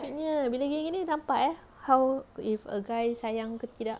sweet nya bila gini-gini nampak eh how if a guy sayang ke tidak